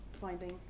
Finding